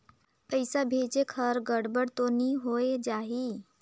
पइसा भेजेक हर गड़बड़ तो नि होए जाही?